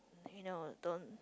you know don't